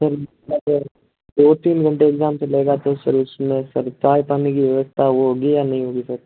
sir मतलब दो तीन घंटे इक्ज़ाम चलेगा तो सर उसमें सर चाय पानी की व्यवस्था होगी या नहीं होगी सर